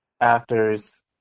actors